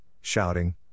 shouting